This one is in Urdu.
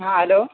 ہاں ہیلو